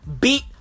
beat